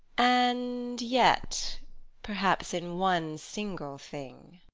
and yet perhaps in one single thing.